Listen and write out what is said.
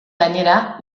gainera